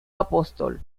apóstol